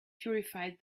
purified